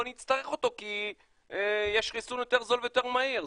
נצטרך אותו כי יש חיסון יותר זול ויותר מהיר?